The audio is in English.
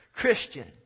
Christian